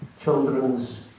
children's